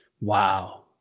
Wow